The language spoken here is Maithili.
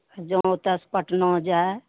जॅं ओतसँ पटना जाए